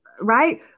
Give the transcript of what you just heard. Right